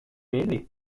ele